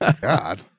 God